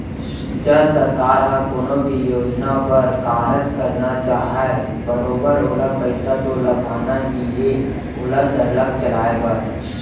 च सरकार ह कोनो भी योजना बर कारज करना चाहय बरोबर ओला पइसा तो लगना ही हे ओला सरलग चलाय बर